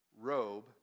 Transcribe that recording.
robe